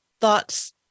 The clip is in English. thoughts